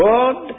God